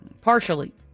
Partially